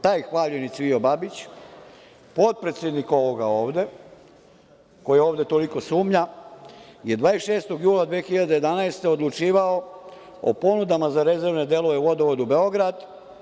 Taj hvaljeni Cvijo Babić, potpredsednik ovoga ovde koji ovde toliko sumnja je 26. jula 2011. godine odlučivao o ponudama za rezervne delove „Vodovodu Beograd“